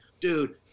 dude